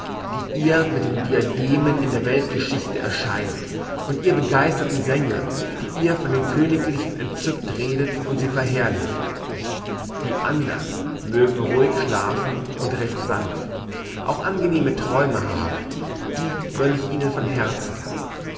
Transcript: die ihr mit den diademen in der weltgeschichte erscheint und ihr begeisterten sänger die ihr von den königlichen entzückt redet und sie verherrlicht die andern mögen ruhig schlafen und recht sanft auch angenehme träume haben die gönne ich ihnen von herzen